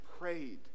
prayed